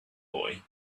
boy